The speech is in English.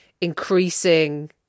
increasing